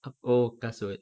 ah oh kasut